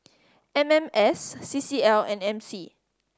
M M S C C L and M C